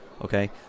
Okay